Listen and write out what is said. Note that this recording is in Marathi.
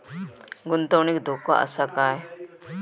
गुंतवणुकीत धोको आसा काय?